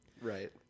Right